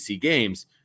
games